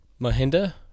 Mahinda